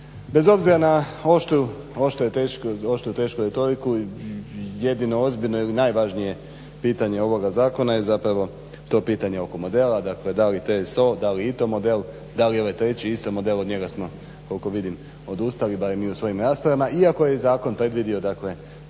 Bez obzira na ovu tešku retoriku i jedino ozbiljno i najvažnije pitanje ovoga zakona je zapravo to pitanje oko modela. Dakle da li te …/govornik se ne razumije./… da li to I TO model, da li ovaj treći isto model, od njega smo koliko vidim odustali, barem mi u svojim raspravama iako je zakon predvidio sva